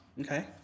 Okay